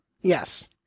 Yes